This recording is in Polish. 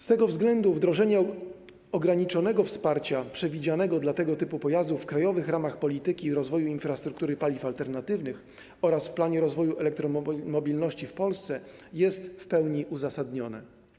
Z tego względu wdrożenie ograniczonego wsparcia przewidzianego dla tego typu pojazdów w „Krajowych ramach polityki rozwoju i infrastruktury paliw alternatywnych” oraz w „Planie rozwoju elektromobilności w Polsce” jest w pełni uzasadnione.